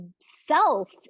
self